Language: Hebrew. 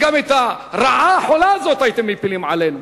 גם את הרעה החולה הזאת הייתם מפילים עלינו.